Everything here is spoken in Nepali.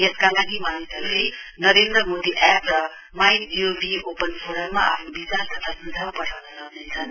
यसका लागि मानिसहरुले नरेन्द्र मोदी एप्प र माईजीओभी ओपन फोरममा आफ्नो विचार तथा सुझाउ पठाउन सक्नेछन्